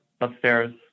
upstairs